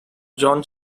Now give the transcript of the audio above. john